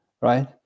right